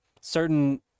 certain